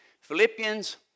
Philippians